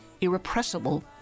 irrepressible